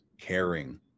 caring